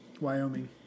Wyoming